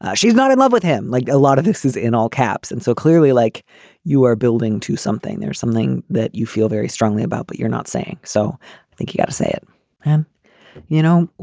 ah she's not in love with him like a lot of this is in all caps and so clearly like you are building to something there's something that you feel very strongly about but you're not saying so i think you have to say it and you know what.